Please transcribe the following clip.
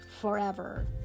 forever